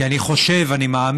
כי אני חושב, אני מאמין